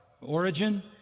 origin